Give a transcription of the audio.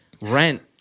Rent